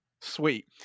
sweet